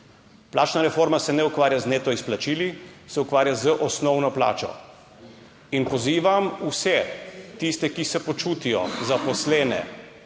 Plačna reforma se ne ukvarja z neto izplačili, se ukvarja z osnovno plačo. In pozivam v tiste, ki se počutijo, zaposlene,